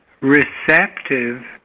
receptive